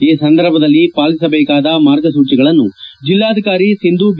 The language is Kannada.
ಈ ಸಂದರ್ಭದಲ್ಲಿ ಪಾಲಿಸಬೇಕಾದ ಮಾರ್ಗಸೂಚಿಗಳನ್ನು ಜಿಲ್ಲಾಧಿಕಾರಿ ಸಿಂಧೂ ಬಿ